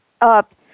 up